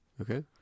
Okay